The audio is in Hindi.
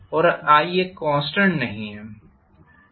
और एक कॉन्स्टेंट नहीं है